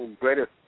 Greatest